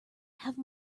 have